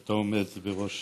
כשאתה עומד בראש